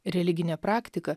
religinė praktika